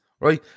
right